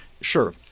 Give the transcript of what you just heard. Sure